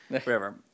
forever